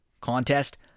contest